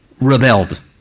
rebelled